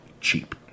cheap